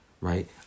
right